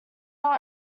not